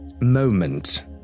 moment